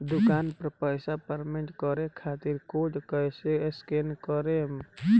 दूकान पर पैसा पेमेंट करे खातिर कोड कैसे स्कैन करेम?